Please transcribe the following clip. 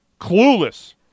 clueless